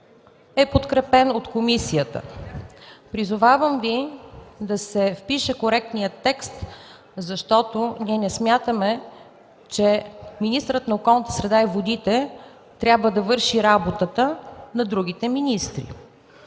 е подкрепен от комисията. Призовавам Ви да се впише коректният текст, защото ние не смятаме, че министърът на околната среда и водите трябва да върши работата на другите министри.